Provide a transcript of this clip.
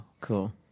Cool